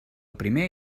primer